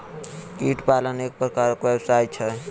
कीट पालन एक प्रकारक व्यवसाय छै